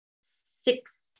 six